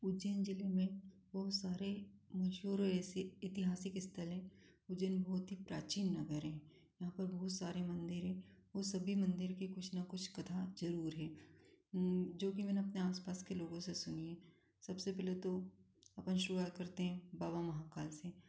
उज्जैन ज़िले में बहुत सारे मशहूर और ऐसे ऐतिहासिक स्थल हैं उज्जैन बहुत ही प्राचीन नगर है यहाँ पे बहुत सारे मंदिर हैं वो सभी मंदिर की कुछ न कुछ कथा ज़रूर है जो कि मैंने अपने आस पास के लागों से सुनी है सबसे पहले तो अपन शुरुआत करते हैं बाबा महाकाल से